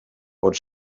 pot